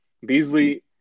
Beasley